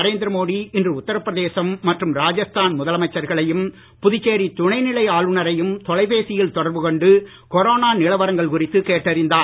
நரேந்திர மோடி இன்று உத்தரப்பிரதேசம் மற்றும் முதலமைச்சர்களையும் புதுச்சேரி ராஜஸ்தான் துணநிலை ஆளுநரையும் தொலைபேசியில் தொடர்பு கொண்டு கொரோனா நிலவரங்கள் குறித்து கேட்டறிந்தார்